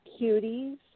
Cuties